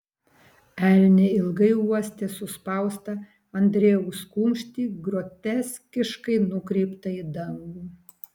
elnė ilgai uostė suspaustą andriejaus kumštį groteskiškai nukreiptą į dangų